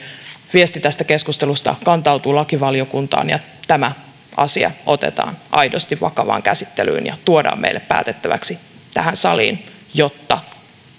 viesti tästä keskustelusta kantautuu lakivaliokuntaan ja tämä asia otetaan aidosti vakavaan käsittelyyn ja tuodaan meille päätettäväksi tähän saliin jotta